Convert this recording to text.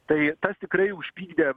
tai tas tikrai užpykdė